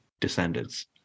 descendants